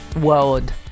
world